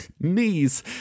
knees